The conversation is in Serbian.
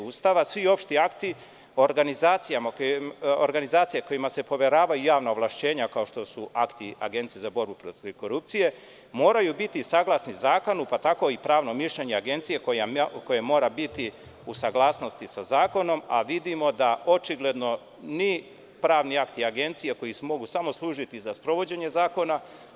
Ustava, svi opšti akti organizacija kojima se poveravaju javna ovlašćenja, kao što su akti Agencije za borbu protiv korupcije, moraju biti saglasni zakonu, pa tako i pravnom mišljenju agencije koje mora biti u saglasnosti sa zakonom, a vidimo da očigledno ni pravni akti Agencije, koji mogu samo služiti za sprovođenje zakona…